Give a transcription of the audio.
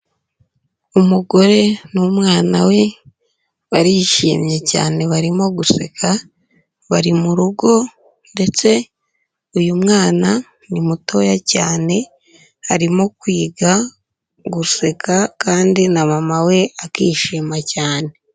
Umugore n'umwana we barishimye cyane barimo guseka, bari mu rugo ndetse uyu mwana ni mutoya cyane, arimo kwiga guseka kandi na mama we akishima cyane.